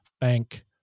bank